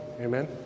Amen